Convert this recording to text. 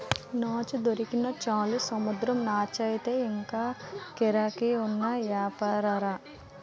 నాచు దొరికినా చాలు సముద్రం నాచయితే ఇంగా గిరాకీ ఉన్న యాపారంరా